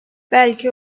belki